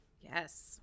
yes